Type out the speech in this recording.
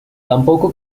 tampoco